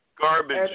Garbage